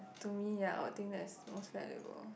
to me ya I would think that's most valuable